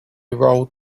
rolled